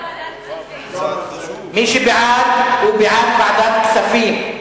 מי שבעד, הוא בעד ועדת הכספים.